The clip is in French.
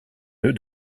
nœud